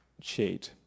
shade